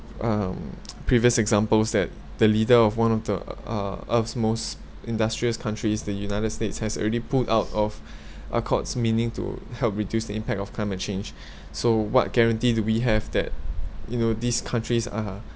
um previous examples that the leader of one of the uh earth's most industrious countries the united states has already pulled out of accords meaning to help to reduce the impact of climate change so what guarantee do we have that you know these countries are